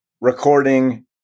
recording